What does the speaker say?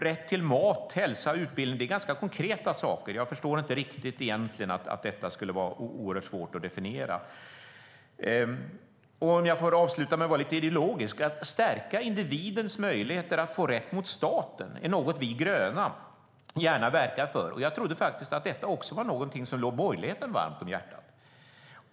Rätt till mat, hälsa och utbildning är ganska konkreta saker. Jag förstår inte riktigt att detta skulle vara oerhört svårt att definiera. Jag ska avsluta med att vara lite ideologisk. Att stärka individens möjligheter att få rätt mot staten är något som vi gröna gärna verkar för, och jag trodde faktiskt att detta också var någonting som låg borgerligheten varmt om hjärtat.